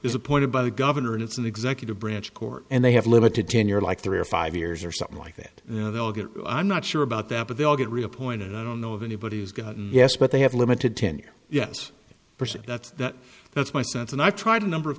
is appointed by the governor and it's an executive branch court and they have limited tenure like three or five years or something like that you know they'll get i'm not sure about that but they'll get reappointed i don't know if anybody's gotten yes but they have a limited tenure yes person that's that that's my sense and i tried a number of